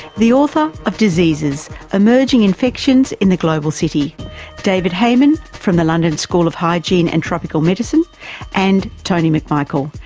the author of diseases emerging infections in the global city david heymann from the london school of hygiene and tropical medicine and tony mcmichael,